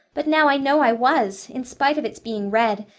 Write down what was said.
but now i know i was, in spite of its being red,